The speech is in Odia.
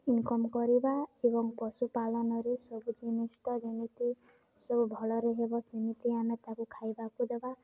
ଇନ୍କମ୍ କରିବା ଏବଂ ପଶୁପାଳନରେ ସବୁ ଜିନିଷ ତ ଯେମିତି ସବୁ ଭଲରେ ହେବ ସେମିତି ଆମେ ତାକୁ ଖାଇବାକୁ ଦେବା